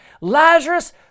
Lazarus